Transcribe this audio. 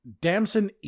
Damson